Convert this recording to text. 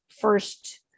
first